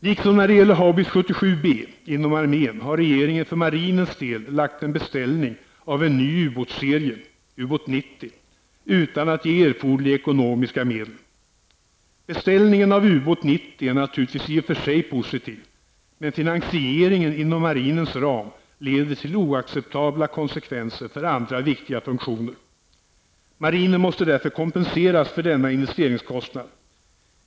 Liksom när det gäller Haubits 77 B inom armén har regeringen för marinens del lagt en beställning av en ny ubåtsserie -- Ubåt 90 -- utan att ge erforderliga ekonomiska medel. Beställningen av ubåt 90 är naturligtvis i och för sig positiv, men finansieringen inom marinens ram leder till oacceptabla konsekvenser för andra viktiga funktioner. Marinen måste därför kompenseras för denna investeringskostnad.